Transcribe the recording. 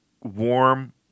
warm